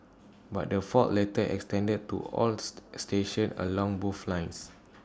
but the fault later extended to all stations along both lines